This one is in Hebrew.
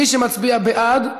מי שמצביע בעד,